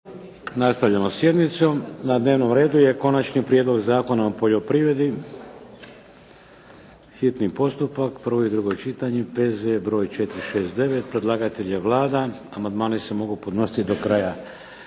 Nastavljamo sa sjednicom. Na redu je - Konačni prijedlog zakona o poljoprivredi, hitni postupak, prvo i drugo čitanje, P.Z.E. br. 469. Predlagatelj je Vlada, amandmani se mogu podnositi do kraja